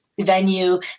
venue